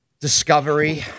Discovery